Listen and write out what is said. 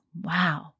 wow